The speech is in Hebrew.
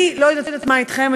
אני לא יודעת מה אתכם.